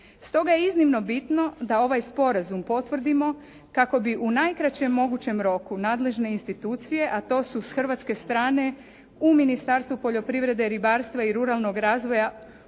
Stoga je iznimno bitno da ovaj sporazum potvrdimo kako bi u najkraćem mogućem roku nadležne institucije, a to su s hrvatske strane u Ministarstvu poljoprivrede, ribarstva i ruralnog razvoja